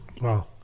Wow